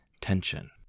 tension